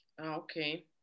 okay